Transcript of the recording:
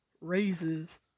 raises